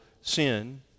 sin